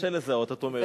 קשה לזהות, את אומרת.